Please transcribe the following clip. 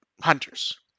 hunters